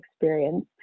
experience